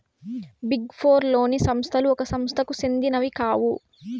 big four లోని సంస్థలు ఒక సంస్థకు సెందినవి కావు